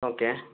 okay